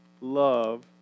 love